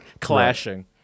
clashing